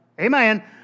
Amen